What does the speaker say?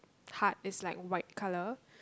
hut is like white colour